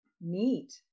neat